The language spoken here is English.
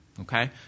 Okay